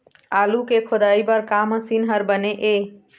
आलू के खोदाई बर का मशीन हर बने ये?